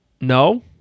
no